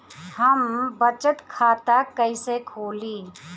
हम बचत खाता कईसे खोली?